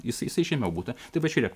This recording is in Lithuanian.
jis jisai žemiau būtų tai vat žiūrėk